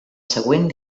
següent